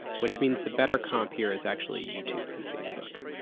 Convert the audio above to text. which means the better comp here is actually youtube and facebook.